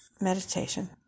meditation